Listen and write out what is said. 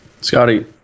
Scotty